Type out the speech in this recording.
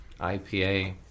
IPA